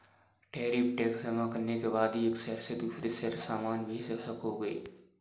tariff tax जमा करने के बाद ही एक शहर से दूसरे शहर सामान भेज सकोगे